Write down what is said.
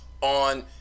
on